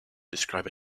describe